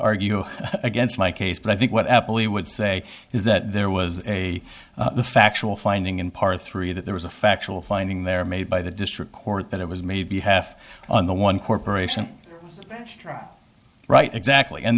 argue against my case but i think what apple you would say is that there was a factual finding in part three that there was a factual finding there made by the district court that it was maybe half on the one corporation right exactly and